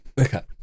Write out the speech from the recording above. Okay